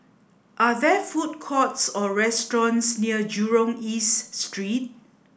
are there food courts or restaurants near Jurong East Street